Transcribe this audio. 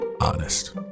honest